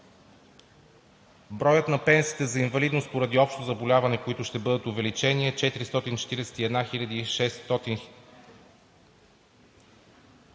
Броят на пенсиите за инвалидност поради общо заболяване, които ще бъдат увеличени, е 441 600